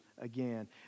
again